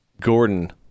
Gordon